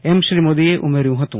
એમ શ્રી મોદીએ ઉમેર્યું હતું